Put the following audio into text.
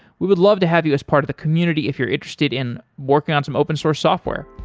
we would love to have you as part of the community if you're interested in working on some open-source software.